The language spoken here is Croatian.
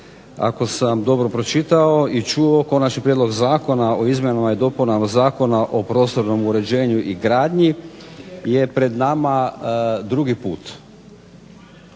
Ako sam dobro pročitao i čuo, Konačni prijedlog zakona o izmjenama i dopunama Zakona o prostornom uređenju i gradnji je pred nama drugi put.